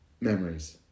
memories